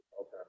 Okay